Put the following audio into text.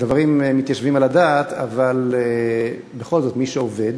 הדברים מתיישבים על הדעת, אבל בכל זאת, מי שעובד,